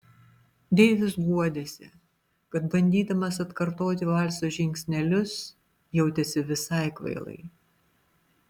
deivis guodėsi kad bandydamas atkartoti valso žingsnelius jautėsi visai kvailai